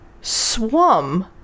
swum